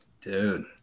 dude